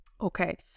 Okay